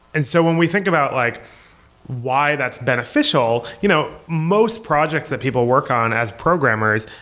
and so when we think about like why that's beneficial, you know most projects that people work on as programmers,